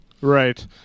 Right